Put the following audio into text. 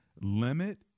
Limit